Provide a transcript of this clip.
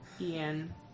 Ian